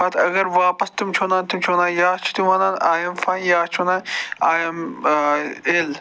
پتہٕ اگر واپس تِم چھِ وَنان تِم چھِ وَنان یا چھِ تِم وَنان آی ایم فایِن یا چھِ وَنان آی ایم اِل